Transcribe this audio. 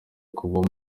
kuba